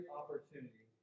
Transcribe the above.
opportunity